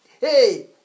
Hey